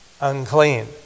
unclean